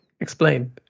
explain